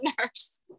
nurse